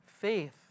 faith